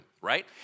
right